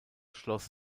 schloss